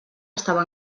estava